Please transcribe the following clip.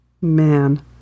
Man